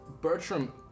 Bertram